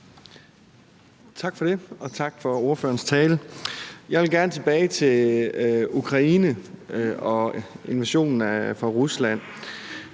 Tak for det, og tak for ordførerens tale. Jeg vil gerne tilbage til Ukraine og Ruslands